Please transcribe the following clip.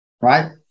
right